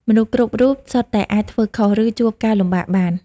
មនុស្សគ្រប់រូបសុទ្ធតែអាចធ្វើខុស ឬជួបការលំបាកបាន។